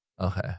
Okay